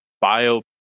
bio